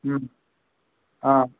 हूं हाँ